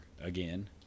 again